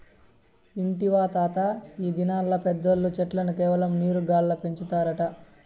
ఇంటివా తాతా, ఈ దినాల్ల పెద్దోల్లు చెట్లను కేవలం నీరు గాల్ల పెంచుతారట